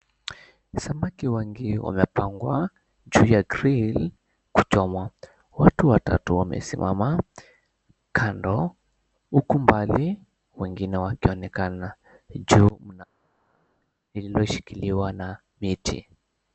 Samaki wengi wamepangwa juu ya grili kuchomwa. Watu watatu wamesimama kando huku mbali wengine wakionekana. Juu mna lililoshikiliwa na miti.